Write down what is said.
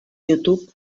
youtube